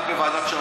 גם בוועדת,